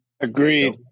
Agreed